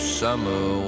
summer